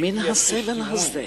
מן הסבל הזה,